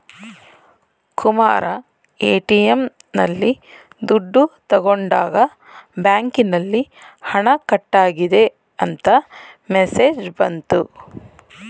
Kumara ATM ನಲ್ಲಿ ದುಡ್ಡು ತಗೊಂಡಾಗ ಬ್ಯಾಂಕಿನಲ್ಲಿ ಹಣ ಕಟ್ಟಾಗಿದೆ ಅಂತ ಮೆಸೇಜ್ ಬಂತು